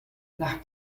nach